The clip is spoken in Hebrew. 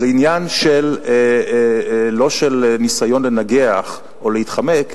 זה עניין לא של ניסיון לנגח או להתחמק,